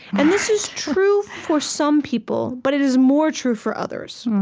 and this is true for some people, but it is more true for others.